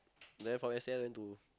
then from S_C_S went to